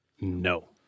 No